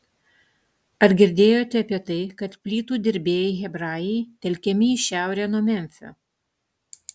ar girdėjote apie tai kad plytų dirbėjai hebrajai telkiami į šiaurę nuo memfio